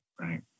Right